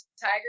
Tiger